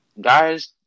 guys